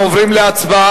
אנחנו עוברים להצבעה.